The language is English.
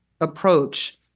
approach